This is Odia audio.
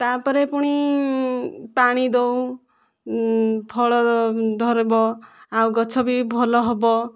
ତା'ପରେ ପୁଣି ପାଣି ଦେଉ ଫଳ ଧରିବ ଆଉ ଗଛ ବି ଭଲ ହେବ